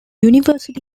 university